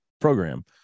program